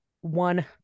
one